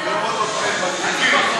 לא בטוח שתהיה חבר כנסת, זה ספק